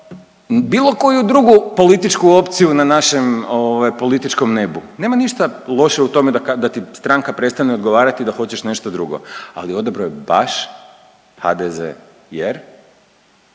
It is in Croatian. bilo koju drugu političku opciju na našem političkom nebu. Nema ništa loše u tome da ti stranka prestane odgovarati da hoćeš nešto drugo. Ali odabrao je baš HDZ jer